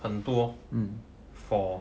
很多 :hen duo for